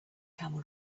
camel